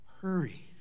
Hurry